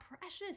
precious